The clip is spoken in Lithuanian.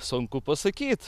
sunku pasakyt